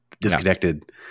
disconnected